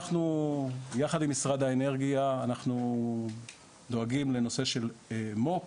יחד עם משרד האנרגיה אנחנו דואגים לנושא מו"פ